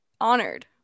honored